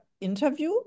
interview